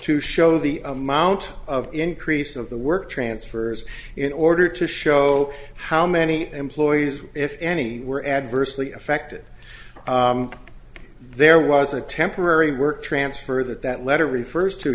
to show the amount of increase of the work transfer as in order to show how many employees if any were adversely affected there was a temporary work transfer that that letter refers to